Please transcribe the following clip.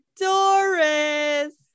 doris